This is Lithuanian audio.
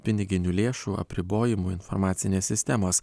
piniginių lėšų apribojimų informacinės sistemos